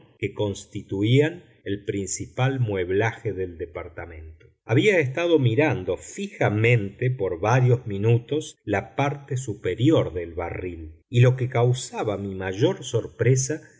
que constituían el principal mueblaje del departamento había estado mirando fijamente por varios minutos la parte superior del barril y lo que causaba mi mayor sorpresa